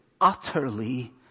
utterly